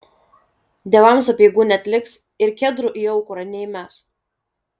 dievams apeigų neatliks ir kedrų į aukurą neįmes